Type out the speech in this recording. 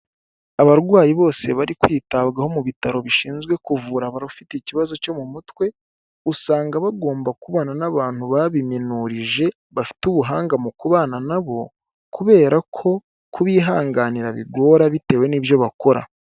Abarwayi bose bari kwitabwaho mu bitaro bishinzwe kuvura abafite ikibazo cyo mu mutwe, usanga bagomba kubana n'abantu babiminurije bafite ubuhanga mu kubana na bo kubera ko kubihanganira bigora bitewe n'ibyo bakora.